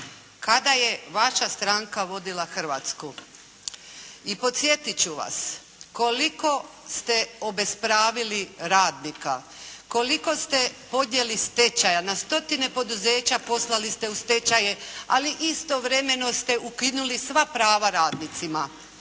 kada je vaša stranka vodila Hrvatsku. I posjetiti ću vas koliko ste obespravili radnika, koliko ste podnijeli stečaja, na stotine poduzeća poslali ste u stečaje. Ali istovremeno ste ukinuli sva prava radnicima.